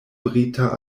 brita